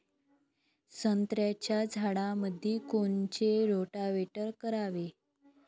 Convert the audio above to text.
संत्र्याच्या झाडामंदी कोनचे रोटावेटर करावे?